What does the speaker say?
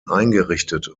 eingerichtet